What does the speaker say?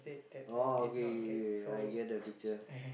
orh okay okay okay okay I get the picture